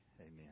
amen